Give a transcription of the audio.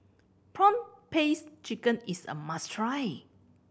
prawn paste chicken is a must try